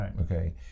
okay